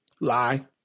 Lie